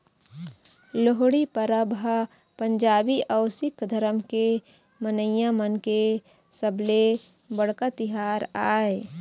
लोहड़ी परब ह पंजाबी अउ सिक्ख धरम के मनइया मन के सबले बड़का तिहार आय